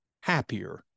happier